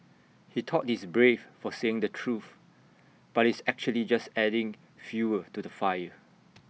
he thought he's brave for saying the truth but he's actually just adding fuel to the fire